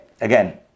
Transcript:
again